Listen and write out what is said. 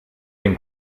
den